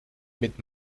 mit